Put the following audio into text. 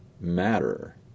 Matter